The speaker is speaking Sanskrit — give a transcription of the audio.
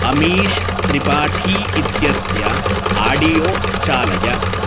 अमीश् त्रिपाठी इत्यस्य आडियो चालय